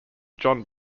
john